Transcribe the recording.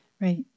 Right